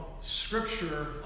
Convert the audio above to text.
Scripture